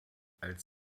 als